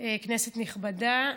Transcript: כנסת נכבדה,